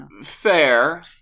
fair